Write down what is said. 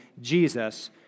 Jesus